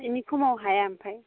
बेनि खमाव हाया ओमफ्राय